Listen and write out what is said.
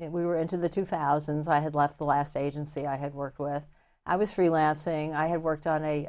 we were into the two thousands i had left the last agency i had worked with i was freelancing i had worked on a